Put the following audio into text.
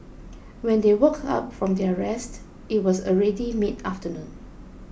when they woke up from their rest it was already midafternoon